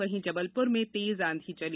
वहीं जबलप्र में तेज आधी चली